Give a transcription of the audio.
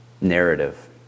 narrative